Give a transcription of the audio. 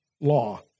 Law